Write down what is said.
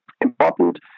important